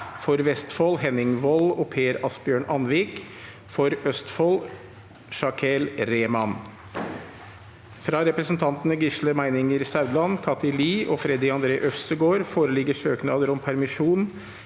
For Vestfold: Henning Wold og Per-Asbjørn Andvik For Østfold: Shakeel Rehman Fra representantene Gisle Meininger Saudland, Kathy Lie og Freddy André Øvstegård foreligger søknader om permisjon